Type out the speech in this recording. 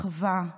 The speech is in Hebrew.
אחווה,